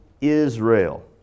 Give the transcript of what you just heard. Israel